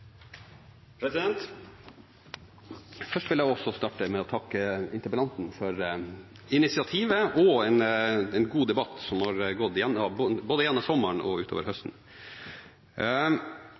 Først vil jeg også starte med å takke interpellanten for initiativet og en god debatt som har gått gjennom sommeren og utover høsten.